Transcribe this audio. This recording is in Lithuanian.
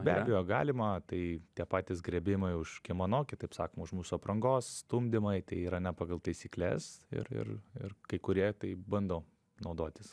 be abejo galima tai tie patys griebimai už kimono kitaip sakant už mūsų aprangos stumdymai tai yra ne pagal taisykles ir ir ir kai kurie taip bando naudotis